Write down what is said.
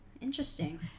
Interesting